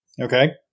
Okay